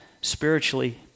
spiritually